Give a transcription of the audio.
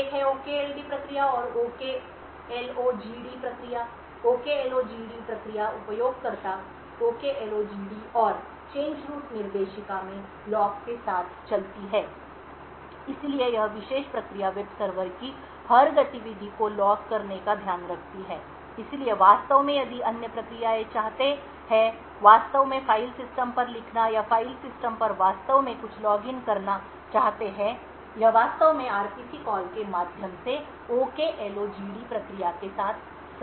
एक है OKD प्रक्रिया और OKLOGD प्रक्रिया OKLOGD प्रक्रिया उपयोगकर्ता OKLOGD और परिवर्तन रूट निर्देशिका में लॉग के साथ चलती है इसलिए यह विशेष प्रक्रिया वेब सर्वर की हर गतिविधि को लॉग करने का ध्यान रखती है इसलिए वास्तव में यदि अन्य प्रक्रियाएं चाहते हैं वास्तव में फ़ाइल सिस्टम पर लिखना या फ़ाइल सिस्टम पर वास्तव में कुछ लॉग इन करना चाहते हैं यह वास्तव में RPC कॉल के माध्यम से OKLOGD प्रक्रिया के साथ संवाद करेगा